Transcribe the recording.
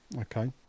Okay